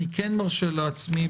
אני כן מרשה לעצמי,